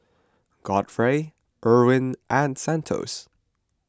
Godfrey Eryn and Santos